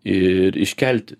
ir iškelti